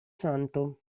santo